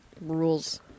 rules